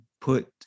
put